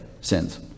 sins